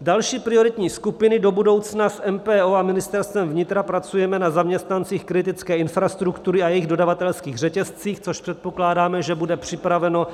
Další prioritní skupiny do budoucna: s MPO a Ministerstvem vnitra pracujeme na zaměstnancích kritické infrastruktury a jejich dodavatelských řetězcích, což předpokládáme, že bude připraveno